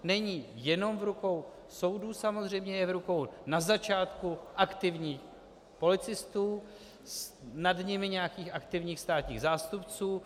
Není jenom v rukou soudů samozřejmě, je v rukou na začátku aktivních policistů, nad nimi nějakých aktivních státních zástupců.